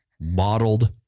modeled